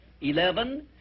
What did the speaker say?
eleven